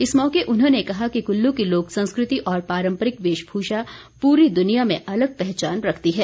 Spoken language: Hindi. इस मौके उन्होंने कहा कि कुल्लू की लोक संस्कृति और पारम्परिक वेशभूषा पूरी दुनिया में अलग पहचान रखती है